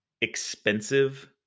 expensive